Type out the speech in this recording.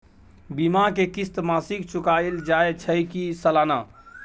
बीमा के किस्त मासिक चुकायल जाए छै की सालाना?